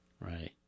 Right